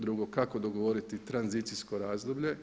Drugo, kako dogovoriti tranzicijsko razdoblje.